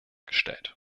gestellt